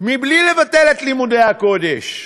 בלי לבטל את לימודי הקודש.